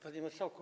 Panie Marszałku!